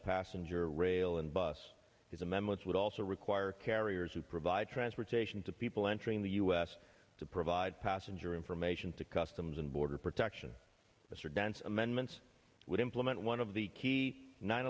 passenger rail and bus is a meme which would also require carriers to provide transportation to people entering the u s to provide passenger information to customs and border protection mr dense amendments would implement one of the key nine